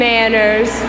Manners